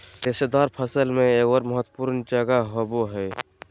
रेशेदार फसल में एगोर महत्वपूर्ण जगह होबो हइ